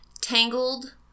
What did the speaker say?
Tangled